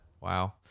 Wow